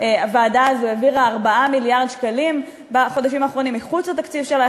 הוועדה הזאת העבירה 4 מיליארד שקלים בחודשים האחרונים מחוץ לתקציב שלה,